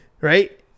right